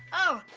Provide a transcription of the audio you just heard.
oh,